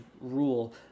rule